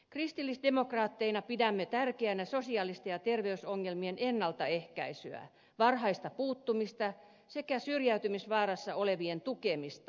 kristillisdemokraatteina pidämme tärkeänä sosiaalisten ja terveysongelmien ennaltaehkäisyä varhaista puuttumista sekä syrjäytymisvaarassa olevien tukemista